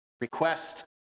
request